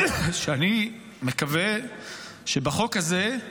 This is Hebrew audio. בכך שאני מקווה שבחוק הזה,